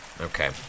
Okay